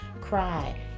cry